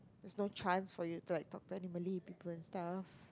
there's no chance for you to like talk to any Malay people and stuff